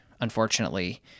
unfortunately